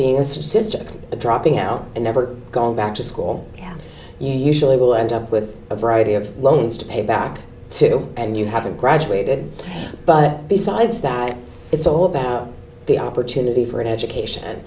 statistic dropping out and never gone back to school again you usually will end up with a variety of loans to pay back to and you haven't graduated but besides that it's all about the opportunity for an education